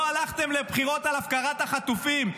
לא הלכתם לבחירות על הפקרת החטופים,